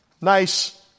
nice